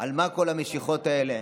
על מה כל המשיכות האלה.